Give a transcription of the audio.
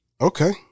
Okay